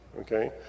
Okay